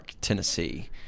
Tennessee